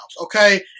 okay